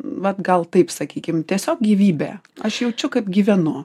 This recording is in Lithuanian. vat gal taip sakykim tiesiog gyvybę aš jaučiu gyvenu